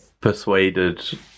persuaded